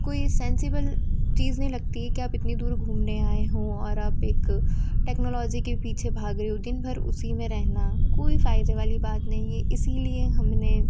कोई सेंसिबल चीज़ नहीं लगती है कि आप इतनी दूर घूमने आए हो और आप एक टेक्नौलौज़ी की पीछे भाग रहे हो दिन भर उसी में रहना कोई फ़ायदे वाली बात नहीं है इसलिए हमने